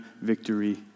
victory